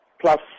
plus